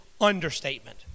understatement